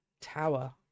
Tower